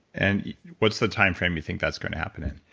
and what's the timeframe you think that's going to happen in?